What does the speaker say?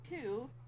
two